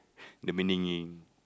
the beninging